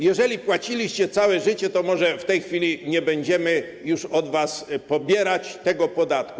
Jeżeli płaciliście całe życie, to może w tej chwili nie będziemy już od was pobierać tego podatku.